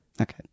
Okay